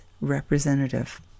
representative